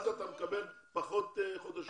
אז אתה מקבל פחות חודשי שירות בצבא.